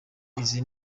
izi